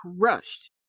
crushed